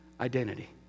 identity